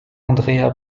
andrea